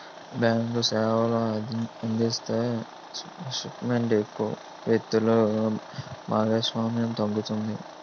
bank సేవలు అందిస్తే private వ్యక్తులు భాగస్వామ్యం తగ్గుతుంది